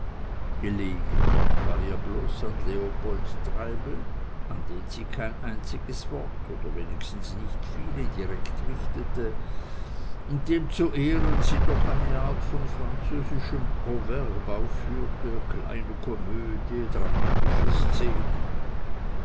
gelegen war ihr bloß an leopold treibel an den sie kein einziges wort oder wenigstens nicht viele direkt richtete und dem zu ehren sie doch eine art von französischen proverbe aufführte kleine komödie dramatische szene